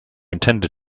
intended